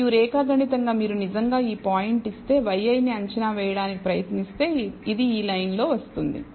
మరియు రేఖాగణితంగా మీరు నిజంగా ఈ పాయింట్ ఇస్తే yi ని అంచనా వేయడానికి ప్రయత్నిస్తే ఇది ఈ లైన్లో వస్తుంది